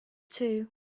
too